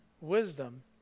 wisdom